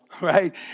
right